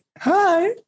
Hi